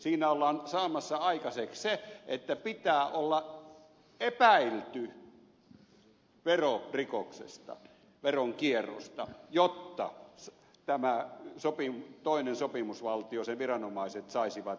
siinä ollaan saamassa aikaiseksi se että pitää olla epäilty verorikoksesta veronkierrosta jotta tämän toisen sopimusvaltion viranomaiset saisivat nämä tilitiedot itselleen